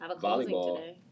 volleyball